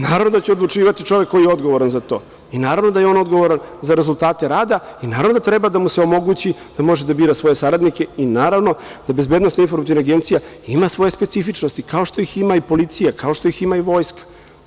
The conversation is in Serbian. Naravno da će odlučivati čovek koji je odgovoran za to i naravno da je on za rezultate rada i naravno da treba da mu se omogući da može da bira svoje saradnike i naravno da BIA ima svoje specifičnosti, kao što ih ima i policija, kao što ih ima i Vojska.